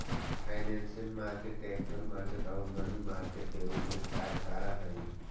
financial market capital market आउ money market के रूप में कार्य करऽ हइ